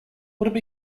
would